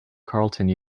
carleton